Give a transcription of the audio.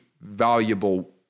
valuable